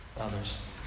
others